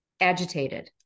agitated